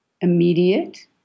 immediate